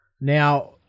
Now